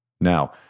now